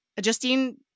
justine